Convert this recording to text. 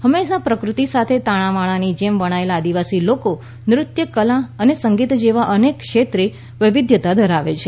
હંમેશા પ્રકૃતિ સાથે તાણાવાણાની જેમ વણાયેલા આદિવાસી લોકો નૃત્ય કલા સંગીત જેવા અનેક ક્ષેત્રે વૈવિધ્યતા ધરાવે છે